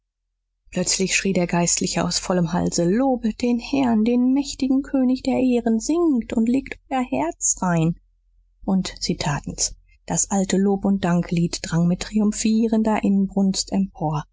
plötzlich schrie der geistliche aus vollem halse lobet den herren den mächtigen könig der ehren singt und legt euer herz rein und sie taten's daß alte lob und danklied drang mit triumphierender inbrunst